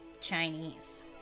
Chinese